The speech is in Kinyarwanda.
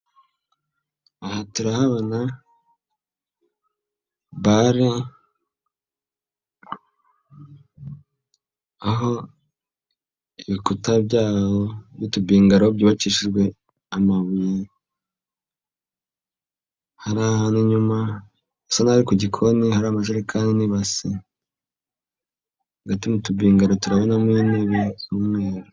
Aha turahabona bare, aho ibikuta byaho n'utubingaro byukishijwe amabuye, hari ahantu inyuma hasa n'aho ari ku gikoni hari amajekani n'ibase, hagati mu tubingaro turabonamo intebe z'umweru.